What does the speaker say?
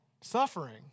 suffering